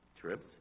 trips